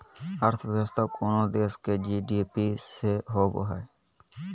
अर्थव्यवस्था कोनो देश के जी.डी.पी से होवो हइ